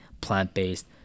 plant-based